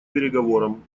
переговорам